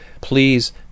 please